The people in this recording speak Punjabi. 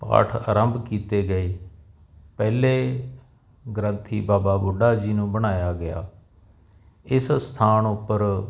ਪਾਠ ਆਰੰਭ ਕੀਤੇ ਗਏ ਪਹਿਲੇ ਗ੍ਰੰਥੀ ਬਾਬਾ ਬੁੱਢਾ ਜੀ ਨੂੰ ਬਣਾਇਆ ਗਿਆ ਇਸ ਸਥਾਨ ਉੱਪਰ